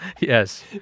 Yes